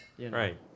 Right